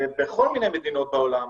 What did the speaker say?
בכל מיני מדינות בעולם,